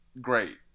great